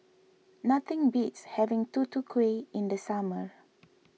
nothing beats having Tutu Kueh in the summer